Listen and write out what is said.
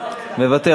אני מוותר.